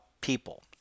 people